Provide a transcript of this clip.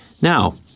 Now